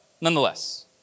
nonetheless